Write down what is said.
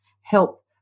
help